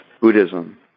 Buddhism